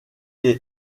est